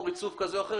או ריצוף כזה או אחר,